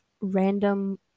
random